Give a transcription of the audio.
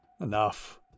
Enough